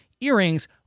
earrings